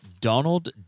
Donald